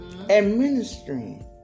administering